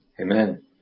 Amen